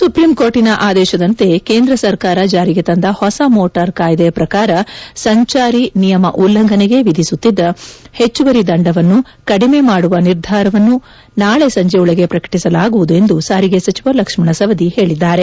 ಸುಪ್ರೀಂಕೋರ್ಟ್ನ ಆದೇಶದಂತೆ ಕೇಂದ್ರ ಸರಕಾರ ಜಾರಿಗೆ ತಂದ ಹೊಸ ಮೋಟಾರ್ ಕಾಯ್ದೆ ಪ್ರಕಾರ ಸಂಚಾರಿ ನಿಯಮ ಉಲ್ಲಂಘನೆಗೆ ವಿಧಿಸುತ್ತಿದ್ದ ಹೆಚ್ಚುವರಿ ದಂದವನ್ನು ಕಡಿಮೆ ಮಾಡುವ ನಿರ್ಧಾರವನ್ನು ನಾಳಿ ಸಂಜೆಯೊಳಗೆ ಪ್ರಕಟಿಸಲಾಗುವುದು ಎಂದು ಸಾರಿಗೆ ಸಚಿವ ಲಕ್ಷ್ಮಣ ಸವದಿ ಹೇಳಿದ್ದಾರೆ